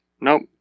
Nope